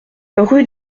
rue